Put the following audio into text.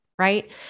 right